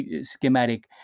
schematic